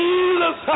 Jesus